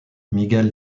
miguel